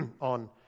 on